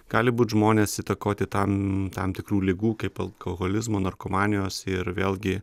gali būti žmonės įtakoti tam tam tikrų ligų kaip alkoholizmo narkomanijos ir vėlgi